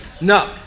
No